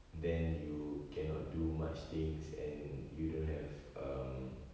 then you cannot do much things and you don't have um